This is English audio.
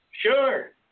Sure